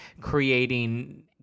creating –